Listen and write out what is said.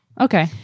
Okay